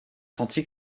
senti